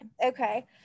Okay